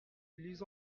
plus